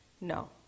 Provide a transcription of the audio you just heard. No